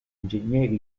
ingegneri